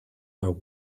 are